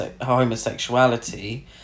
homosexuality